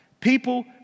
People